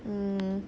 mm